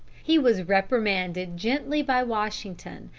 he was reprimanded gently by washington,